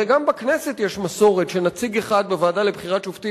הרי גם בכנסת יש מסורת שנציג אחד בוועדה לבחירת שופטים